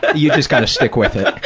but you've just got to stick with it.